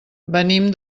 venim